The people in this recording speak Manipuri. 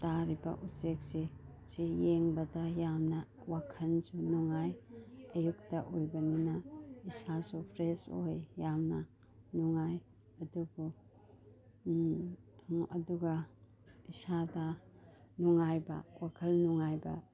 ꯇꯥꯔꯤꯕ ꯎꯆꯦꯛꯁꯤ ꯁꯤ ꯌꯦꯡꯕꯗ ꯌꯥꯝꯅ ꯋꯥꯈꯜꯁꯨ ꯅꯨꯡꯉꯥꯏ ꯑꯌꯨꯛꯇ ꯑꯣꯏꯕꯅꯤꯅ ꯏꯁꯥꯁꯨ ꯐ꯭ꯔꯦꯁ ꯑꯣꯏ ꯌꯥꯝꯅ ꯅꯨꯡꯉꯥꯏ ꯑꯗꯨꯕꯨ ꯑꯗꯨꯒ ꯏꯁꯥꯗ ꯅꯨꯡꯉꯥꯏꯕ ꯋꯥꯈꯜ ꯅꯨꯡꯉꯥꯏꯕ